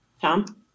Tom